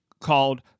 called